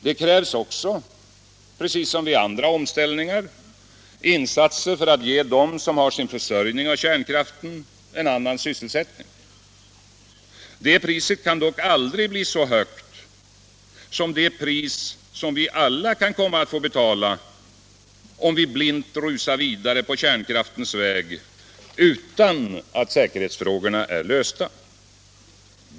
Det krävs också, precis som vid andra omställningar, insatser för att ge dem som har sin försörjning av kärnkraften en annan sysselsättning. Det priset kan dock aldrig bli så högt som det pris som vi alla kan komma att få betala, om vi blint rusar vidare på kärnkraftens väg utan att säkerhetsfrågorna är lösta.